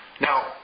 Now